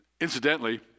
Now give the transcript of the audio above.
Incidentally